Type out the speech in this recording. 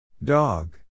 dog